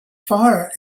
fire